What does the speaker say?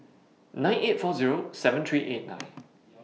nine eight four Zero seven three eight nine